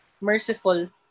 merciful